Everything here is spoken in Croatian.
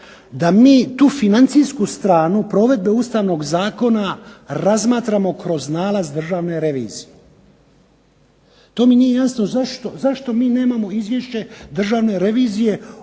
da mi tu financijsku stranu provedbe ustavnog zakona razmatramo kroz nalaz Državne revizije. To mi nije jasno zašto mi nemamo izvješće Državne revizije